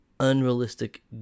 unrealistic